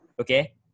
Okay